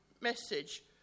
message